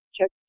check